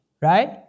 right